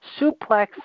suplex